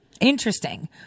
Interesting